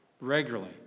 Regularly